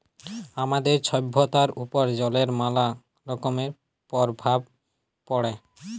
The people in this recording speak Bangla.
আমাদের ছভ্যতার উপর জলের ম্যালা রকমের পরভাব পড়ে